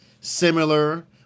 similar